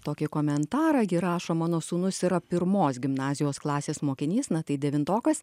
tokį komentarą ji rašo mano sūnus yra pirmos gimnazijos klasės mokinys na tai devintokas